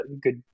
good